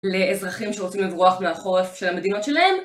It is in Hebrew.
לאזרחים שרוצים לברוח מהחורף של המדינות שלהם.